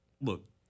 Look